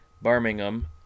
birmingham